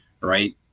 Right